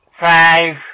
Five